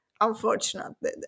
unfortunately